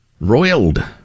Roiled